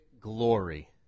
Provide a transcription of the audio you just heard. glory